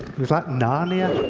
was like narnia.